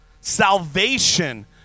Salvation